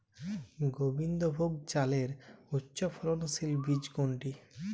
গোবিন্দভোগ চালের উচ্চফলনশীল বীজ কোনটি?